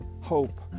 hope